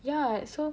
ya so